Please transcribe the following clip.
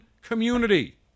community